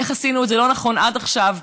איך עשינו את זה לא נכון עד עכשיו,